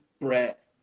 Brett